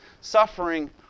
suffering